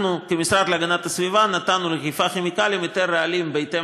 אנחנו כמשרד להגנת הסביבה נתנו לחיפה כימיקלים היתר רעלים בהתאם